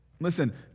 Listen